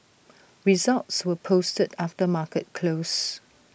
results were posted after market close